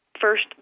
first